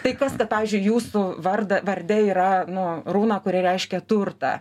tai kas kad pavyzdžiui jūsų vardą varde yra nu runa kuri reiškia turtą